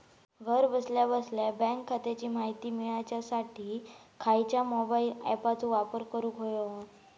घरा बसल्या बसल्या बँक खात्याची माहिती मिळाच्यासाठी खायच्या मोबाईल ॲपाचो वापर करूक होयो?